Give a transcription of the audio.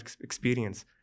experience